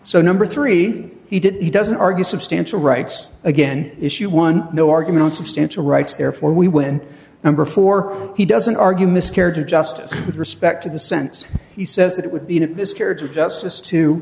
so number three he did he doesn't argue substantial rights again issue one no argument on substantial rights therefore we win number four he doesn't argue miscarriage of justice with respect to the sense he says that it would be a miscarriage of justice to